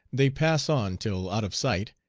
they pass on till out of sight,